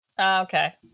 Okay